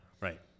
right